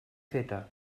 feta